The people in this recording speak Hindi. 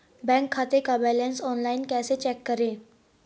बैंक खाते का बैलेंस ऑनलाइन कैसे चेक करें?